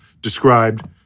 described